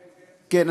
כן.